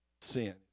Sin